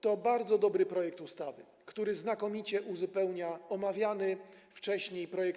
To jest bardzo dobry projekt ustawy, który znakomicie uzupełnia omawiany wcześniej projekt